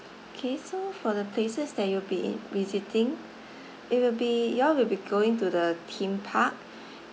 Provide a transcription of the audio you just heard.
K so for the places that you'll be visiting it will be you all will be going to the theme park